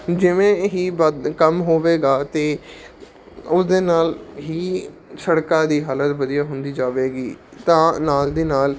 ਜਿਵੇਂ ਹੀ ਵਧ ਕੰਮ ਹੋਵੇਗਾ ਤਾਂ ਉਹਦੇ ਨਾਲ ਹੀ ਸੜਕਾਂ ਦੀ ਹਾਲਤ ਵਧੀਆ ਹੁੰਦੀ ਜਾਵੇਗੀ ਤਾਂ ਨਾਲ ਦੀ ਨਾਲ